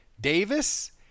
Davis